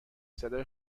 صدای